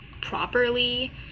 properly